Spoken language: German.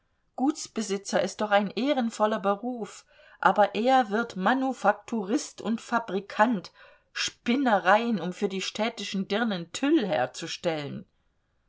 gutsbesitzer ist doch ein ehrenvoller beruf aber er wird manufakturist und fabrikant spinnereien um für die städtischen dirnen tüll herzustellen